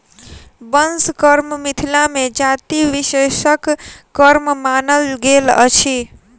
बंस कर्म मिथिला मे जाति विशेषक कर्म मानल गेल अछि